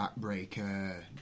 backbreaker